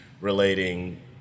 relating